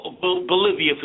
Bolivia